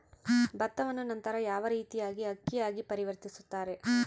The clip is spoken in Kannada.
ಭತ್ತವನ್ನ ನಂತರ ಯಾವ ರೇತಿಯಾಗಿ ಅಕ್ಕಿಯಾಗಿ ಪರಿವರ್ತಿಸುತ್ತಾರೆ?